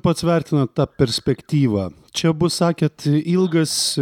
pats vertinat tą perspektyvą čia bus sakėt ilgas